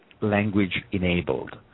language-enabled